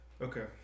Okay